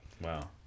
Wow